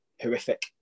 Horrific